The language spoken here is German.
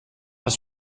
ist